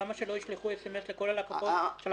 למה שלא ישלחו סמ"ס לכל הלקוחות,